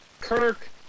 Kirk